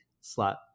slot